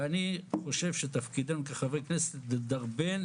ואני חושב שתפקידם כחברי כנסת לדרבן,